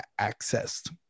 accessed